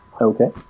Okay